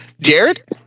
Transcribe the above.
Jared